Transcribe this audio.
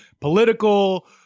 political